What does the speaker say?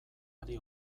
ari